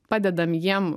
padedam jiem